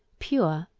pure,